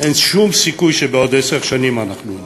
אין שום סיכוי שבעוד עשר שנים אנחנו נרד.